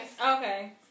Okay